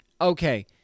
Okay